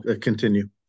Continue